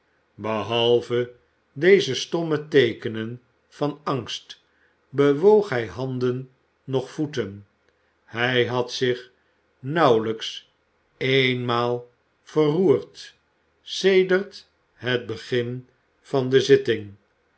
behalve deze stomme teekenen van angst bewoog hij handen noch voeten hij had zich nauwelijks eenmaal verwoorden toe